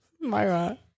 Myra